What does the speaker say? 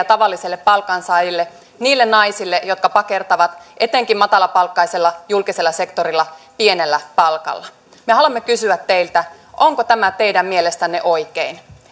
tavallisille palkansaajille niille naisille jotka pakertavat etenkin matalapalkkaisella julkisella sektorilla pienellä palkalla me haluamme kysyä teiltä onko teidän mielestänne oikein